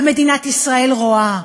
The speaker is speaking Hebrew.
ומדינת ישראל רואה,